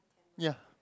ya